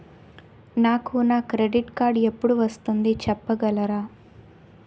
నాకు నా credit card ఎపుడు వస్తుంది చెప్పగలరా?